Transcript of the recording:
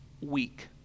week